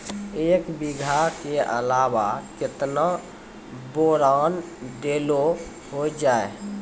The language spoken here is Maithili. एक बीघा के अलावा केतना बोरान देलो हो जाए?